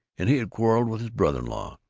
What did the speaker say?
and he had quarreled with his brother-in-law.